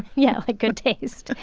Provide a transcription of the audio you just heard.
yeah, like good taste,